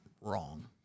wrong